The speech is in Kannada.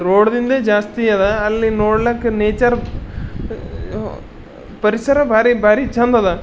ರೋಡ್ದಿಂದೆ ಜಾಸ್ತಿ ಅದ ಅಲ್ಲಿ ನೋಡ್ಲಿಕ್ಕೆ ನೇಚರ್ ಪರಿಸರ ಭಾರಿ ಭಾರಿ ಚಂದದ